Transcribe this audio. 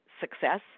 success